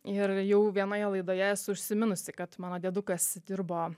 ir jau vienoje laidoje esu užsiminusi kad mano diedukas dirbo